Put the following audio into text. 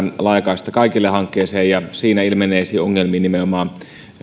laajakaista kaikille hankkeeseen ja siinä ilmenneisiin ongelmiin nimenomaan